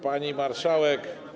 Pani Marszałek!